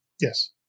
Yes